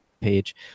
page